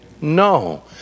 no